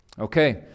Okay